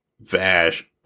Vash